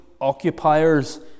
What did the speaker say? occupiers